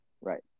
Right